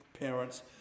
parents